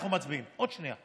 אנחנו מצביעים, עוד שנייה.